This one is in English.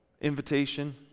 invitation